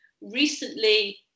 recently